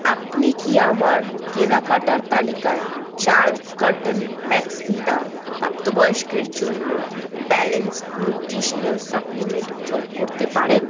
আপনি কি আমার কেনাকাটার তালিকায় চার কার্টন ম্যাক্সভিদা প্রাপ্তবয়স্কের জন্য ব্যালেন্সড নিউট্রিশনাল সাপ্লিমেন্ট যোগ করতে পারেন